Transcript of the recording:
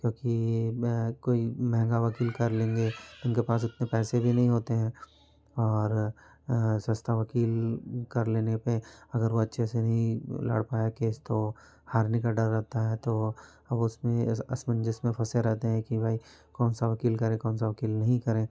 क्योंकि वे कोई महँगा वकील कर लेंगे उनके पास उतने पैसे भी नहीं होते हैं और सस्ता वकील कर लेने पे अगर वो अच्छे से नहीं लड़ पाया केस तो हारने का डर रहता है तो अब उसमें इस असमंजस में फँसे रहते हैं कि भाई कौनसा वकील करें कौनसा वकील नहीं करें